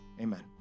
amen